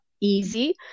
easy